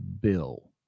bill